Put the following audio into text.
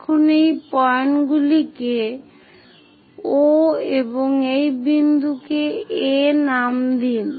এখন এই পয়েন্টগুলিকে O এবং এই বিন্দুকে A নামে নাম দিন